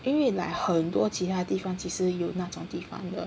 因为 like 很多其他地方其实有那种地方的